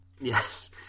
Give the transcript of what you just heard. Yes